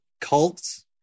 cults